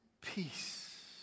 peace